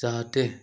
जाहाथे